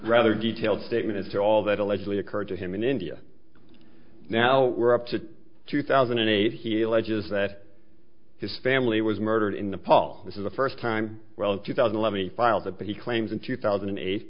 rather detailed statement as to all that allegedly occurred to him in india now we're up to two thousand and eight he alleges that his family was murdered in nepal this is the first time well a few thousand let me file that but he claims in two thousand and eight